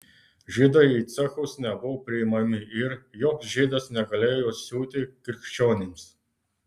žydai į cechus nebuvo priimami ir joks žydas negalėjo siūti krikščionims